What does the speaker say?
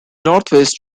northwest